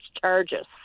charges